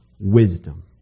wisdom